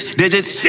digits